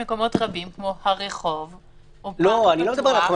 יש מקומות רבים כמו הרחוב או פארק בפתוח --- אני לא מדבר על הרחוב,